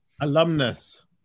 Alumnus